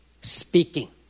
speaking